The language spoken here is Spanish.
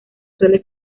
suele